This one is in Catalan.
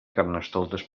carnestoltes